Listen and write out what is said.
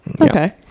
Okay